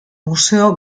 museo